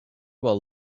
while